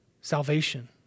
salvation